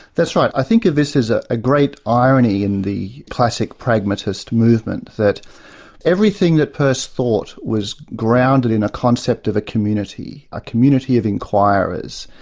that's right. i think of this as a a great irony in the classic pragmatist movement, that everything that peirce thought was grounded in a concept of a community, a community of enquirers.